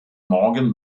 morgan